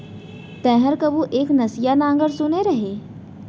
तैंहर कभू एक नसिया नांगर सुने रहें?